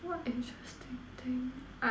what interesting thing ah